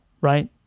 right